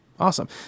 Awesome